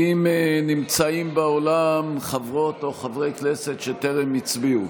האם נמצאים באולם חברות או חברי כנסת שטרם הצביעו?